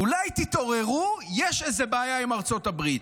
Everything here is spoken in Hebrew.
אולי תתעוררו, יש איזו בעיה עם ארצות הברית.